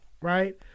right